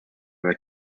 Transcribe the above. with